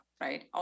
right